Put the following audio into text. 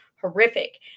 horrific